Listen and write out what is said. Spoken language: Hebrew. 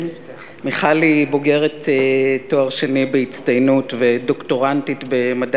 מיכל היא בוגרת תואר שני בהצטיינות ודוקטורנטית במדע